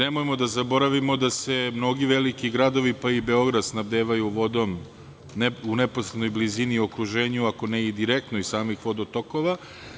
Nemojmo da zaboravimo da se mnogi veliki gradovi, pa i Beograd, snabdevaju vodom u neposrednoj blizini i okruženju, ako ne i direktno iz samih vodotokova.